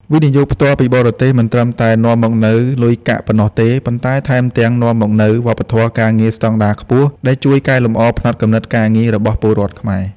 វិនិយោគផ្ទាល់ពីបរទេស មិនត្រឹមតែនាំមកនូវលុយកាក់ប៉ុណ្ណោះទេ ប៉ុន្តែថែមទាំងនាំមកនូវ "វប្បធម៌ការងារស្ដង់ដារខ្ពស់" ដែលជួយកែលម្អផ្នត់គំនិតការងាររបស់ពលរដ្ឋខ្មែរ។